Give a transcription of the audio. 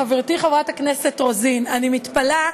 חברתי חברת הכנסת רוזין, אני מתפלאת,